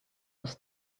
was